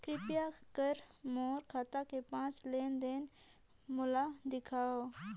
कृपया कर मोर खाता के पांच लेन देन मोला दिखावव